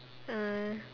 uh